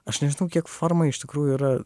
aš nežinau kiek forma iš tikrųjų yra